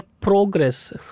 progress